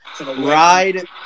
Ride